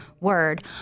word